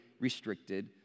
restricted